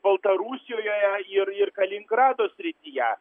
baltarusijoje ir ir kaliningrado srityje